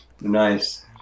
nice